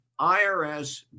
IRS